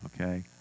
okay